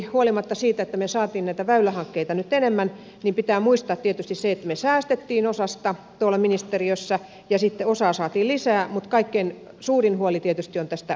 huolimatta siitä että me saimme näitä väylähankkeita nyt enemmän pitää muistaa tietysti se että me säästimme osasta tuolla ministeriössä ja sitten osaan saatiin lisää kaikkein suurin huoli tietysti on tästä perusväylänpidosta